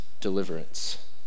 deliverance